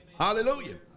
Hallelujah